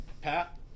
Pat